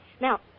Now